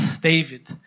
David